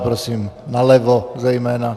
Prosím nalevo zejména.